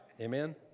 Amen